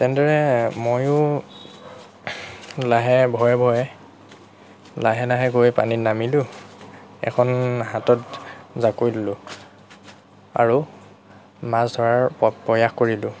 তেনেদৰে ময়ো লাহে ভয়ে ভয়ে লাহে লাহে গৈ পানীত নামিলোঁ এখন হাতত জাকৈ ল'লোঁ আৰু মাছ ধৰাৰ প্ৰ প্ৰয়াস কৰিলোঁ